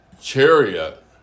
chariot